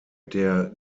der